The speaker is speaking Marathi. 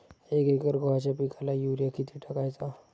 एक एकर गव्हाच्या पिकाला युरिया किती टाकायचा?